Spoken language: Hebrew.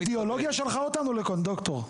לא, אידאולוגיה שלחה אותנו לכאן, ד"ר.